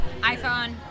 iPhone